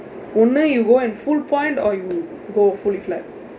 ஒன்னு:onnu you go and full point or you go fully flat